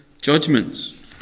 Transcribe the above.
Judgments